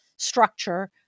structure